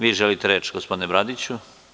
Vi želite reč, gospodine Bradiću?